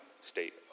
state